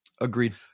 Agreed